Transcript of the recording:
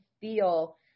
feel